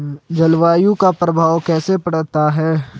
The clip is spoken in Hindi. जलवायु का प्रभाव कैसे पड़ता है?